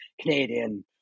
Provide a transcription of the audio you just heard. Canadian